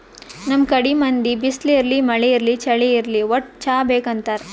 ನಮ್ ಕಡಿ ಮಂದಿ ಬಿಸ್ಲ್ ಇರ್ಲಿ ಮಳಿ ಇರ್ಲಿ ಚಳಿ ಇರ್ಲಿ ವಟ್ಟ್ ಚಾ ಬೇಕ್ ಅಂತಾರ್